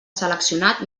seleccionat